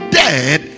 dead